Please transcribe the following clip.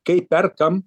kaip perkam